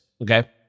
Okay